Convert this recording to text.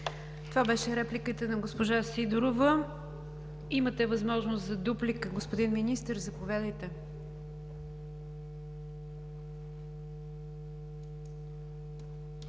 Това беше репликата на госпожа Сидорова. Имате възможност за дуплика, господин Министър, заповядайте.